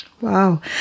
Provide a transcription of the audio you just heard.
Wow